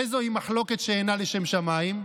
איזוהי מחלוקת שאינה לשם שמיים?